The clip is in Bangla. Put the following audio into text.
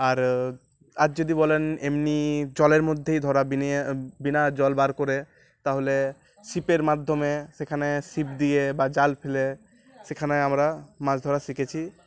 আর আজ যদি বলেন এমনি জলের মধ্যেই ধরা বিন বিনা জল বার করে তাহলে শিপের মাধ্যমে সেখানে ছিপ দিয়ে বা জাল ফেলে সেখানে আমরা মাছ ধরা শিখেছি